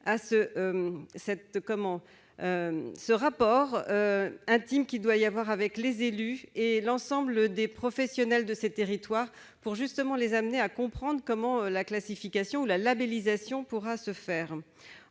ce rapport intime avec les élus et l'ensemble des professionnels de ces territoires, pour les amener justement à comprendre comment la classification ou la labellisation pourra se faire.